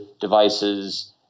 devices